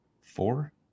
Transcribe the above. four